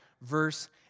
verse